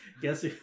Guess